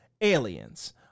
aliens